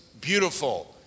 beautiful